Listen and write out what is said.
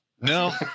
no